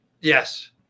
Yes